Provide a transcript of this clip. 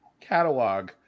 catalog